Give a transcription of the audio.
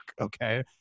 Okay